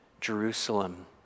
Jerusalem